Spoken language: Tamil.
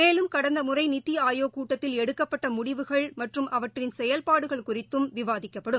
மேலும் கடந்த முறை நித்தி ஆயோக் கூட்டத்தில் எடுக்கப்பட்ட முடிவுகள் மற்றும் அவற்றின் செயல்பாடுகள் குறித்தும் விவாதிக்கப்படும்